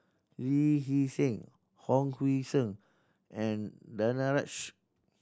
Lee Hee Seng Hon Sui Sen and Danaraj